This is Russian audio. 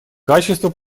качество